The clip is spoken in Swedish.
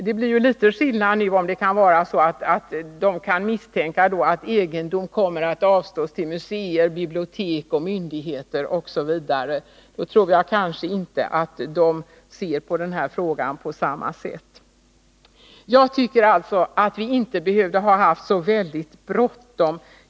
Det blir litet skillnad om de kan misstänka att egendomen kommer att avstås till muséer, bibliotek, myndigheter osv. Då tror jag kanske inte att de ser på den här frågan på samma sätt. Jag tycker alltså att vi inte behövde ha så väldigt bråttom.